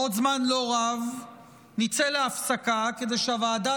בעוד זמן לא רב נצא להפסקה כדי שהוועדה